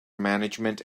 management